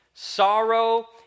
Sorrow